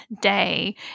day